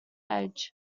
edge